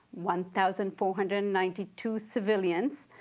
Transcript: one thousand four hundred and ninety two civilians.